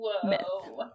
Whoa